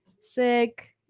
sick